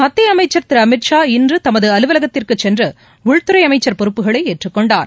மத்திய அமைச்சர் திரு அமித் ஷா இன்று தமது அலுவலகத்திற்கு சென்று உள்துறை அமைச்சர் பொறுப்புகளை ஏற்றுக் கொண்டார்